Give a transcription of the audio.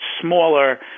smaller